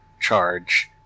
charge